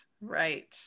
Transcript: right